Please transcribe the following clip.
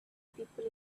people